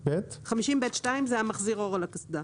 50ב2 זה מחזיר אור על הקסדה.